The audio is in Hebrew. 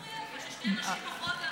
מה מפריע לך ששתי נשים בוחרות להביא,